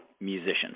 musicians